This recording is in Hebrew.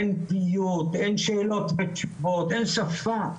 אין פיוט, אין שאלות ותשובות, אין שפה,